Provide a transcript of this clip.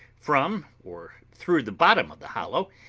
from or through the bottom of the hollow,